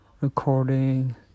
recording